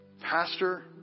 Pastor